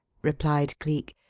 replied cleek,